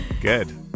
Good